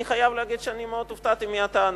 אני חייב להגיד שמאוד הופתעתי מהטענה.